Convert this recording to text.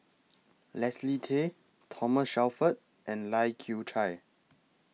Leslie Tay Thomas Shelford and Lai Kew Chai